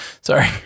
Sorry